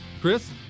Chris